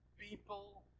People